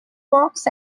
walks